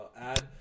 add